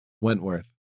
Wentworth